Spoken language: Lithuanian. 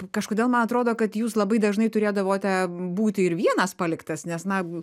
kažkodėl man atrodo kad jūs labai dažnai turėdavote būti ir vienas paliktas nes na